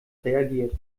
reagiert